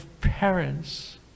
parents